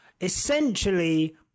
essentially